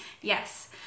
Yes